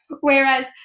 Whereas